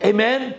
Amen